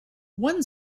one